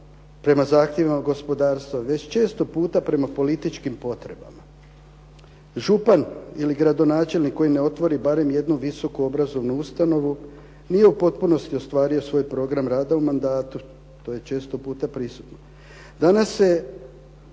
prema zahtjevima gospodarstva već često puta prema političkim potrebama. Župan ili gradonačelnik koji ne otvori barem jednu visoko obrazovnu ustanovu nije u potpunosti ostvario svoj program rada u mandatu. To je često puta prisutno. Danas se